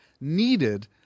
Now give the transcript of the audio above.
needed